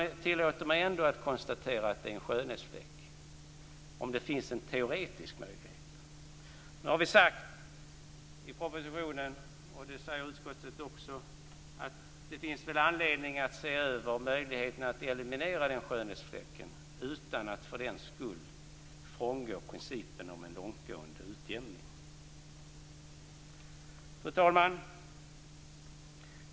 Jag tillåter mig ändå att konstatera att det är en skönhetsfläck om det finns en teoretisk möjlighet. Nu har vi sagt i propositionen - och utskottet säger det också - att det finns anledning att se över möjligheten att eliminera den här skönhetsfläcken utan att man för den sakens skull frångår principen om en långtgående utjämning. Fru talman!